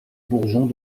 bourgeons